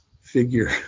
figure